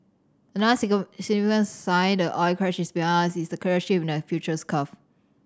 another significant sign the oil crash is behind us is the clear shift in the futures curve